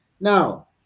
now